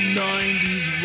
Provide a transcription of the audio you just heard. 90s